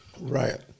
Right